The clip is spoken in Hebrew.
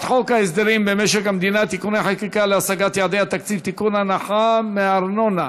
53 בעד, אין מתנגדים, אין נמנעים.